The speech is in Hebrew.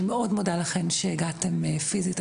אני מאוד מודה לכם שהגעתם פיסית,